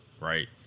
right